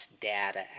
data